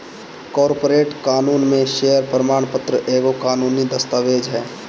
corporate कानून में share प्रमाण पत्र एगो कानूनी दस्तावेज हअ